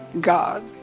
God